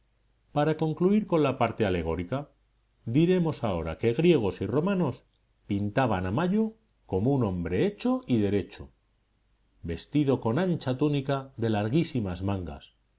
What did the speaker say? para concluir con la parte alegórica diremos ahora que griegos y romanos pintaban a mayo como un hombre hecho y derecho vestido con ancha túnica de larguísimas mangas